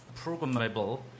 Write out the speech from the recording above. programmable